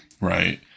Right